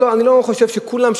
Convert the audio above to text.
אני לא חושב שכולם,